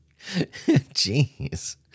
Jeez